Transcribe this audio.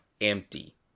empty